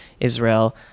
Israel